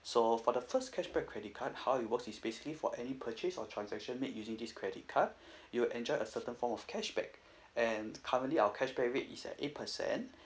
so for the first cashback credit card how it works is basically for any purchase or transaction made using this credit card you will enjoy a certain form of cashback and currently our cashback rate is at eight percent